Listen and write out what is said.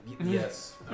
Yes